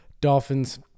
Dolphins